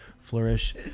flourish